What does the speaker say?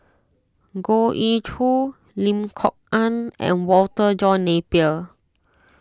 Goh Ee Choo Lim Kok Ann and Walter John Napier